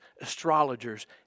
astrologers